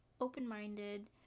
open-minded